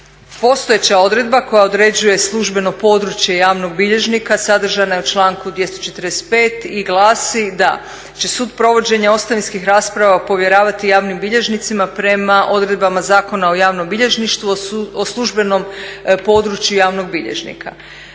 Postojeća odredba koja određuje službeno područje javnog bilježnika sadržana je u članku 245. i glasi da će sud provođenje ostavinskih rasprava povjeravati javnim bilježnicima prema odredbama Zakona o javnom bilježništvu o službenom području javnog bilježnika.